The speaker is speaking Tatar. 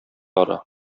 ара